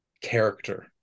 character